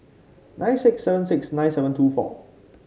nine six seven six nine seven two four